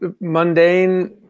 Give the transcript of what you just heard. Mundane